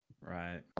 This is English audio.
right